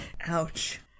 ouch